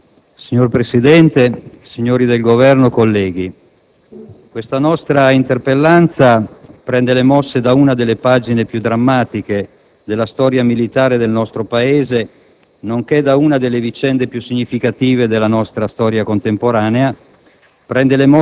Signor Presidente, signori del Governo, colleghi, questa nostra interpellanza prende le mosse da una delle pagine più drammatiche della storia militare del nostro Paese, nonché da una delle vicende più significative della nostra storia contemporanea.